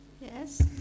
Yes